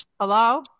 Hello